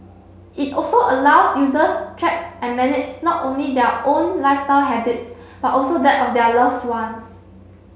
it also allows users track and manage not only their own lifestyle habits but also that of their loves ones